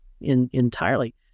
entirely